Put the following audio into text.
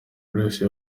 grace